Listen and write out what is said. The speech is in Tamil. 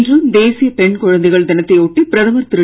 இன்று தேசிய பெண் குழந்தைகள் தினத்தை ஒட்டி பிரதமர் திரு